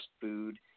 food